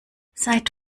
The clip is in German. seid